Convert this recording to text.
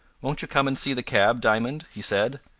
won't you come and see the cab, diamond? he said.